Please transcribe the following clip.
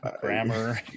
grammar